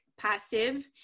passive